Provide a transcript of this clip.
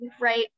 right